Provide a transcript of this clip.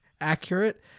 accurate